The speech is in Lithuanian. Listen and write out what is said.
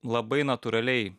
labai natūraliai